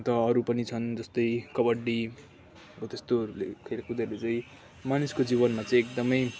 त अरू पनि छन् जस्तै कबड्डी हो त्यस्तो के रे कुद्दाखेरि चाहिँ मानिसको जीवनमा चाहिँ एकदमै